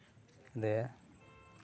ᱨᱮᱭᱟᱜ